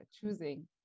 choosing